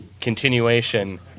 continuation